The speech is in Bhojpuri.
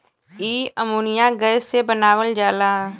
इ अमोनिया गैस से बनावल जाला